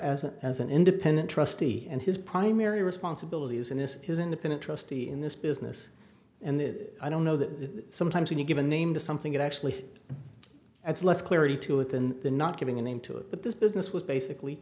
as an as an independent trustee and his primary responsibility is and this is an independent trustee in this business and that i don't know that sometimes when you give a name to something it actually that's less clarity to it than not giving a name to it but this business was basically